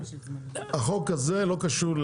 החוק הזה לא קשור.